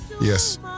yes